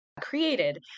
created